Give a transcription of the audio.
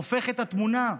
הופך את התמונה.